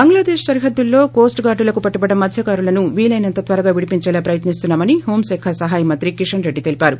బంగ్లాదేశ్ సరిహద్దుల్లో coast guard లకు పట్టుబడ్డ మత్స్య కారులను వీలైనంత త్వరగా విడిపించేలా ప్రయత్నిస్తున్నామని హోం శాఖ సహాయ మంత్రి కిషన్ రెడ్డి తెలిపారు